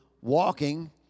walking